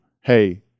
hey